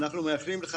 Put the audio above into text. אנו מאחלים לך